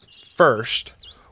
first